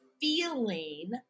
feeling